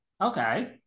Okay